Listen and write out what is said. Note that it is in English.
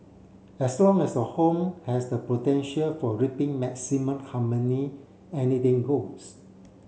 as long as the home has the potential for reaping maximum harmony anything goes